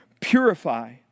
purify